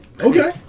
Okay